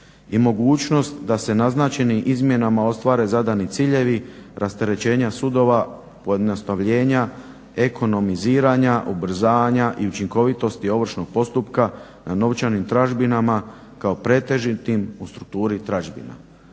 i mogućnost da se naznačenim izmjenama ostvare zadani ciljevi rasterećenja sudova, pojednostavljenja, ekonomiziranja, ubrzanja i učinkovitosti ovršnog postupka na novčanim tražbinama kao pretežitim u strukturi tražbina.